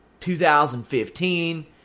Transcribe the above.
2015